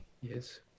Yes